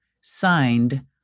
Signed